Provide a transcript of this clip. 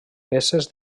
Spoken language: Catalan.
peces